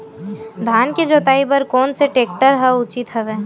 धान के जोताई बर कोन से टेक्टर ह उचित हवय?